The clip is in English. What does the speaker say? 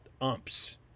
umps